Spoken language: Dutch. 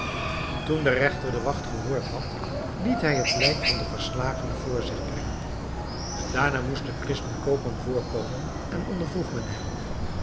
toen de regter de wacht gehoord had liet hij het lijk van den verslagene voor zich brengen daarna moest de christen koopman voorkomen en ondervroeg men hem